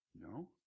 No